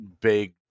big